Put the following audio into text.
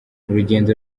rugendo